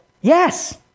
Yes